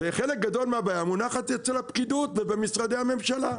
חלק גדול מהבעיה מונחת אצל הפקידות ובמשרדי הממשלה.